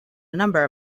number